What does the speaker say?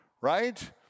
right